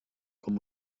com